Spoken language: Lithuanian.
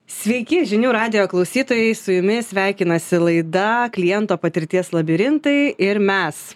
sveiki žinių radijo klausytojai su jumis sveikinasi laida kliento patirties labirintai ir mes